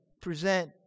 present